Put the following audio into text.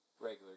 Regular